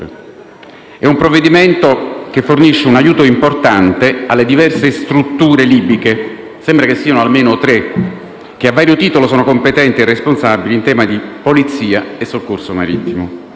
È un provvedimento che fornisce un aiuto importante alle diverse strutture libiche - sembra siano almeno tre - che, a vario titolo, sono competenti e responsabili in tema di polizia e soccorso marittimo.